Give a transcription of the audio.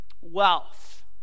wealth